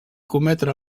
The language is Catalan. cometre